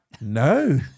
no